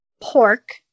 pork